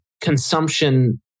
consumption